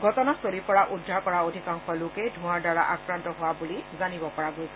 ঘটনাস্থলীৰ পৰা উদ্ধাৰ কৰা অধিকাংশ লোকেই ধোঁৱাৰ দ্বাৰা আক্ৰান্ত হোৱা বুলি জানিব পৰা গৈছে